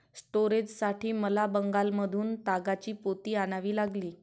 स्टोरेजसाठी मला बंगालमधून तागाची पोती आणावी लागली